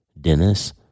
Dennis